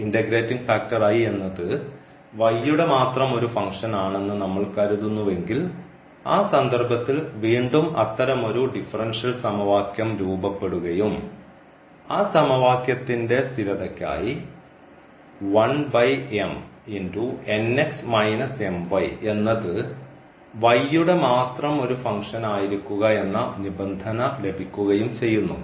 integrating factor എന്നത് യുടെ മാത്രം ഒരു ഫങ്ക്ഷൻ ആണെന്ന് നമ്മൾ കരുതുന്നുവെങ്കിൽ ആ സന്ദർഭത്തിൽ വീണ്ടും അത്തരമൊരു ഡിഫറൻഷ്യൽ സമവാക്യം രൂപപ്പെടുകയും ആ സമവാക്യത്തിന്റെ സ്ഥിരതയ്ക്കായി എന്നത് യുടെ മാത്രം ഒരു ഫങ്ക്ഷൻ ആയിരിക്കുക എന്ന നിബന്ധന ലഭിക്കുകയും ചെയ്യുന്നു